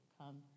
come